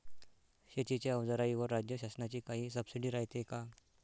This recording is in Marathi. शेतीच्या अवजाराईवर राज्य शासनाची काई सबसीडी रायते का?